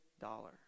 dollar